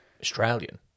Australian